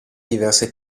diverse